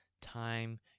time